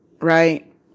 right